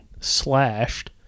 slashed